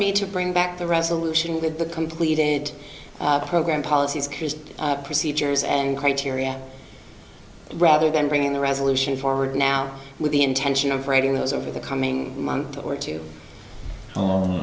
me to bring back the resolution with the completed program policies christe procedures and criteria rather than bringing the resolution forward now with the intention of writing those over the coming month or two on